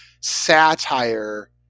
satire